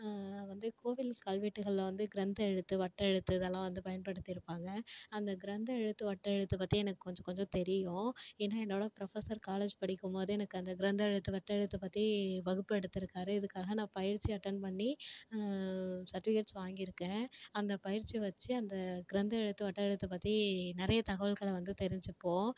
வந்து கோவில் கல்வெட்டுகளில் வந்து க்ரந்த எழுத்து வட்டெழுத்து இதெல்லாம் வந்து பயன்படுத்தியிருப்பாங்க அந்த க்ரந்த எழுத்து வட்டெழுத்து பற்றி எனக்கு கொஞ்சம் கொஞ்சம் தெரியும் ஏன்னால் என்னோடய ப்ரொஃபசர் காலேஜ் படிக்கும் போது எனக்கு அந்த க்ரந்த எழுத்து வட்டெழுத்து பத்தி வகுப்பு எடுத்துயிருக்காரு இதுக்காக நான் பயிற்சி அட்டன் பண்ணி சர்டிஃபிகேட்ஸ் வாங்கியிருக்கேன் அந்த பயிற்சி வச்சு அந்த க்ரந்த எழுத்து வட்டெழுத்த பற்றி நிறைய தகவல்களை வந்து தெரிஞ்சுப்போம்